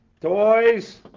Toys